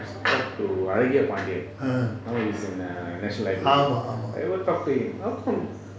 talk to azhagiya pandiyan now he is in national library I go talk to him